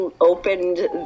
opened